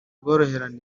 ubworoherane